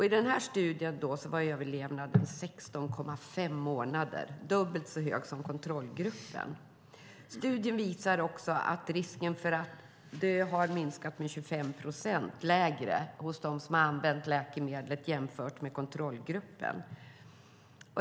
I denna studie var överlevnaden 16,5 månader, alltså dubbelt så hög som i kontrollgruppen. Studien visar också att risken för att dö är 25 procent lägre hos dem som har använt läkemedlet jämfört med kontrollgruppen.